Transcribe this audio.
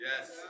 yes